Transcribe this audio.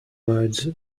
words